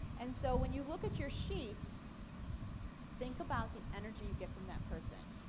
and so when you look at your sheet think about the energy you get from that person.